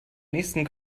nächsten